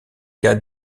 cas